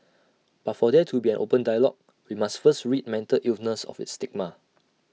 but for there to be an open dialogue we must first rid mental illness of its stigma